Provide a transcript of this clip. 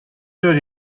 eur